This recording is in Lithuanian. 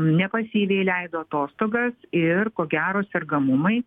ne pasyviai leido atostogas ir ko gero sergamumai